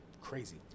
crazy